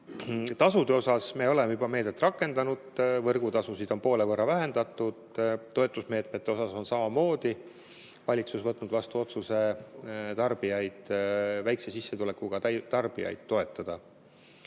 Tasude osas me oleme juba meedet rakendanud, võrgutasusid on poole võrra vähendatud. Toetusmeetmete osas on samamoodi valitsus võtnud vastu otsuse väikese sissetulekuga tarbijaid toetada.